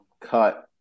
cut